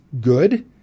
good